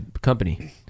company